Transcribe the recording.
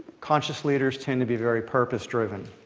conscious leaders tend to be very purpose-driven.